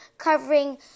covering